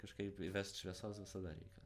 kažkaip įvest šviesos visada reikia